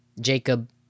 Jacob